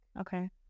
Okay